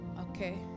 Okay